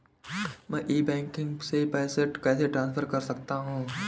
मैं e banking से पैसे कैसे ट्रांसफर कर सकता हूं?